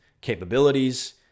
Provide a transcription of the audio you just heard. capabilities